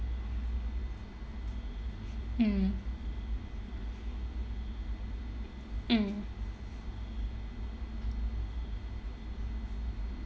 mm mm